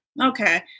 Okay